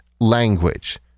language